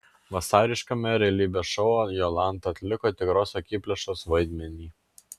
vasariškame realybės šou jolanta atliko tikros akiplėšos vaidmenį